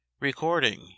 Recording